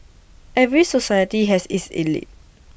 every society has its elite